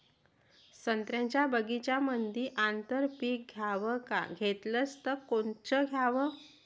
संत्र्याच्या बगीच्यामंदी आंतर पीक घ्याव का घेतलं च कोनचं घ्याव?